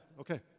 Okay